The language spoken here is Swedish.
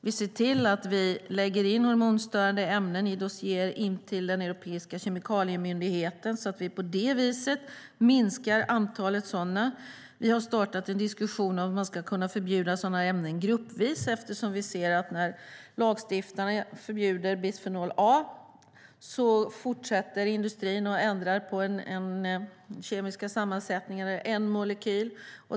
Vi ser till att vi lägger in hormonstörande ämnen i dossiererna till Europeiska kemikaliemyndigheten så att vi på det viset minskar antalet sådana ämnen. Vi har startat en diskussion om att man ska kunna förbjuda dessa ämnen gruppvis eftersom vi ser att när lagstiftarna förbjuder bisfenol A ändrar industrin den kemiska sammansättningen hos en molekyl.